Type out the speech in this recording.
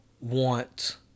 want